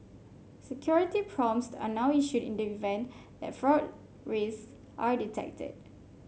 security prompts are now issued in the event that fraud risk are detected